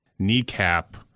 Kneecap